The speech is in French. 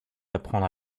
apprendre